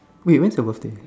wait when's your birthday